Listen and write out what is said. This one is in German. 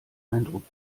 eindruck